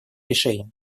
решения